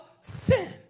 sin